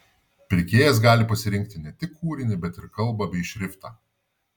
pirkėjas gali pasirinkti ne tik kūrinį bet ir kalbą bei šriftą